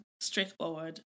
straightforward